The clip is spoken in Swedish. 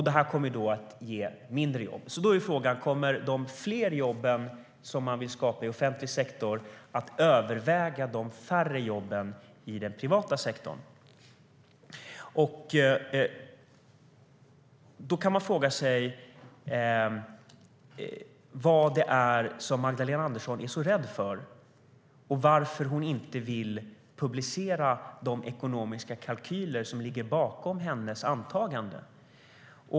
Det kommer alltså att ge färre jobb.Frågan är då om de fler jobben som man vill skapa i offentlig sektor kommer att överväga de färre jobben i den privata sektorn. Då kan man fråga sig vad det är som Magdalena Andersson är så rädd för och varför hon inte vill publicera den ekonomiska kalkyl som ligger bakom hennes antagande.